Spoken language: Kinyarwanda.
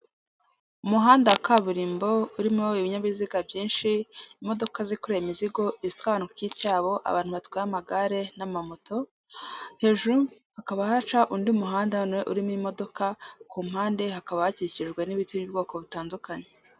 Umuhanda wa kaburimbo urimo ibinyabiziga byinshi, imodoka zikorera imizigo, izitwara abantu ku giti cyabo, abantu batwaye amagare n'amamoto, hejuru hakaba haca undi muhanda na none urimo imodoka, ku mpande hakaba hakikijwe n'ibiti by'ubwoko butandukanye.